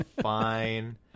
Fine